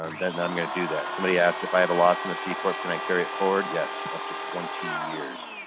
um then then i'm going to do that. somebody asked if i have a loss in a c-corp can i carry it forward? yes, up to twenty years.